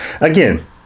again